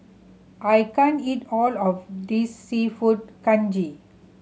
I can't eat all of this Seafood Congee